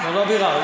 לא ביררתי.